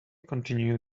continue